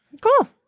Cool